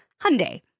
Hyundai